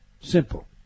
simple